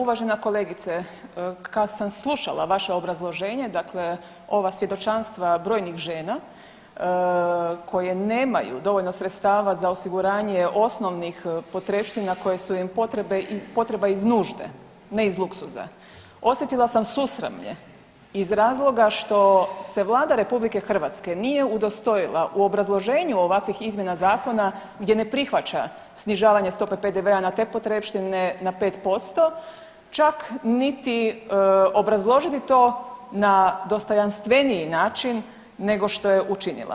Uvažena kolegice kad sam slušala vaše obrazloženje, dakle ova svjedočanstva brojnih žena koje nemaju dovoljno sredstava za osiguranje osnovnih potrepština koje su im potreba iz nužde, ne iz luksuza osjetila sam susramlje iz razloga što se Vlada RH nije udostojila u obrazloženju ovakvih izmjena zakona gdje ne prihvaća snižavanje stope PDV na te potrepštine na 5% čak niti obrazložiti to na dostojanstveniji način nego što je učinila.